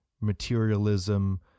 materialism